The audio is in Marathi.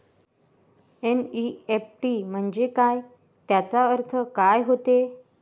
एन.ई.एफ.टी म्हंजे काय, त्याचा अर्थ काय होते?